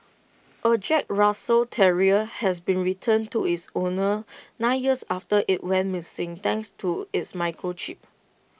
A Jack Russell terrier has been returned to its owners nine years after IT went missing thanks to its microchip